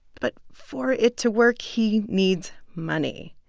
but for it to work, he needs money.